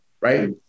right